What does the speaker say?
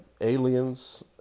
Aliens